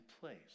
place